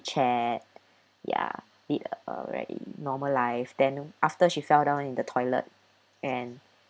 chat ya lead a really normal life then after she fell down in the toilet and